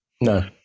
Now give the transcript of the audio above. No